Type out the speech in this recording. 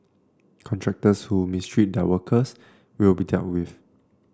contractors who mistreat their workers will be dealt with